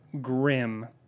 grim